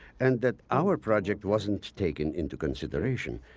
and that our project wasn't taken into consideration.